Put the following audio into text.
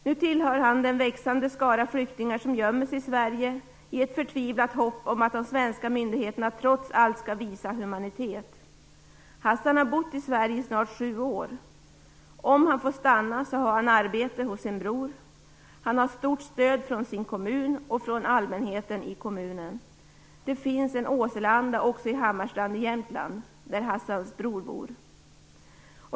Nu tillhör han den växande skara flyktingar som gömmer sig i Sverige i ett förtvivlat hopp om att de svenska myndigheterna trots allt skall visa humanitet. Hasan har bott i Sverige i snart sju år. Om han får stanna har han arbete hos sin bror. Han har stort stöd från sin kommun och från allmänheten i kommunen. Det finns en Åseleanda också i Hammarstrand i Jämtland, där Hasans bror bor.